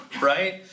right